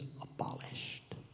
abolished